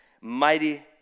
Mighty